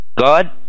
God